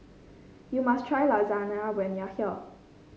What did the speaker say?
you must try Lasagne when you are here